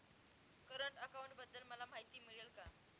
Current अकाउंटबद्दल मला माहिती मिळेल का?